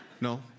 no